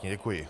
Děkuji.